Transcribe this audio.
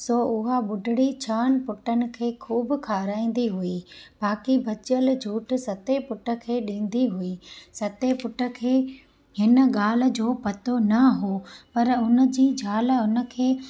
सो उहा ॿुढड़ी छहनि पुटनि खे ख़ूबु खाराईंदी हुई बाक़ी बचियल झूठ सते पुट खे ॾींदी हुई सते पुट खे इन ॻाल्हि जो पतो न हो पर हुनजी ज़ाल हुनखे